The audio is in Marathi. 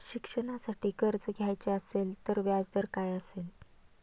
शिक्षणासाठी कर्ज घ्यायचे असेल तर व्याजदर काय असेल?